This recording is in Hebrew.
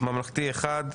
המחנה הממלכתי אחד,